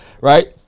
right